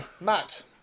Matt